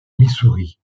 missouri